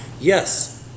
Yes